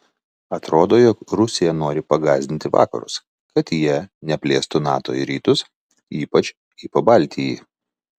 atrodo jog rusija nori pagąsdinti vakarus kad jie neplėstų nato į rytus ypač į pabaltijį